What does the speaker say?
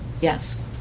yes